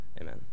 amen